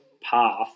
path